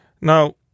Now